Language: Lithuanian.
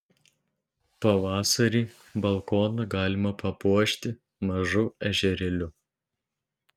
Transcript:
pavasarį balkoną galima papuošti mažu ežerėliu